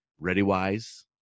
ReadyWise